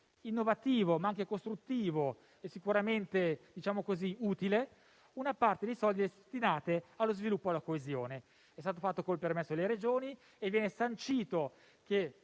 innovativo, ma anche costruttivo e sicuramente utile una parte delle risorse destinate allo sviluppo e alla coesione. Ciò è stato fatto con il permesso delle Regioni ed è stabilito che